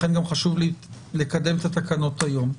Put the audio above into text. לכן גם חשוב לי לקדם את התקנות היום.